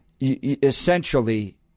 essentially